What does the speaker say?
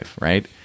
right